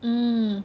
mm